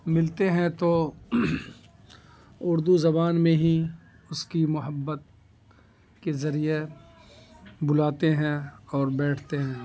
ملتے ہیں تو اردو زبان میں ہی اس کی محبت کے ذریعے بلاتے ہیں اور بیٹھتے ہیں